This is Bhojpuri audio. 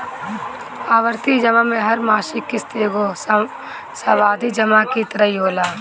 आवर्ती जमा में हर मासिक किश्त एगो सावधि जमा की तरही होला